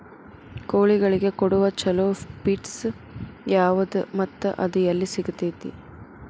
ಕೋಳಿಗಳಿಗೆ ಕೊಡುವ ಛಲೋ ಪಿಡ್ಸ್ ಯಾವದ ಮತ್ತ ಅದ ಎಲ್ಲಿ ಸಿಗತೇತಿ?